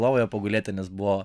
lovoje pagulėti nes buvo